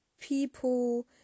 people